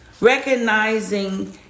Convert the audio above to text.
recognizing